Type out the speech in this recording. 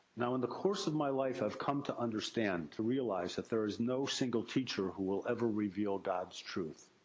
now, in the course of my life i have come to understand, to realize that there is no single teacher, who will ever reveal god's truth.